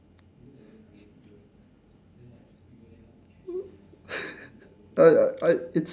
I I it's